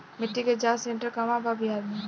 मिटी के जाच सेन्टर कहवा बा बिहार में?